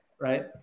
Right